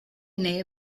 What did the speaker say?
nähe